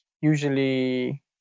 usually